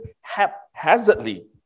haphazardly